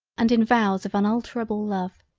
and in vows of unalterable love,